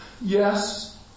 Yes